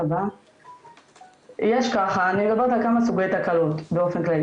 אני מדברת על כמה סוגי תקלות באופן כללי.